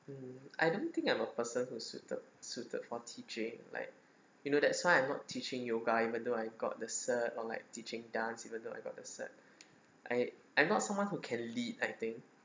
mm I don't think I'm a person who suited suited for teaching like you know that's why I'm not teaching yoga even though I got the cert or like teaching dance even though I got the cert I I'm not someone who can lead I think